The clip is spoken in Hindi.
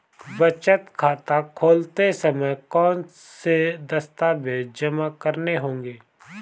बचत खाता खोलते समय कौनसे दस्तावेज़ जमा करने होंगे?